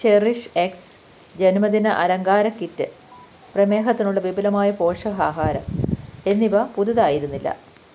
cherish X ജന്മദിന അലങ്കാര kit പ്രമേഹത്തിനുള്ള വിപുലമായ പോഷകാഹാരം എന്നിവ പുതിയതായിരുന്നില്ല